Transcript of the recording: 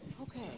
Okay